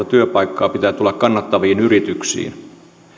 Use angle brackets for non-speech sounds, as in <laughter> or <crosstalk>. <unintelligible> työpaikkaa pitää tulla kannattaviin yrityksiin